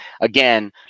Again